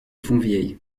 fontvieille